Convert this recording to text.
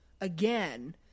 again